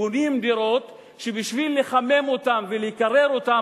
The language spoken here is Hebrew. בונים דירות שבשביל לחמם אותן ולקרר אותן